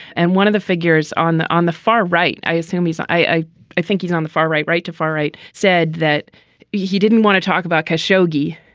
and one of the figures on the on the far right i assume he's i i think he's on the far right right to far right said that he didn't want to talk about khashoggi.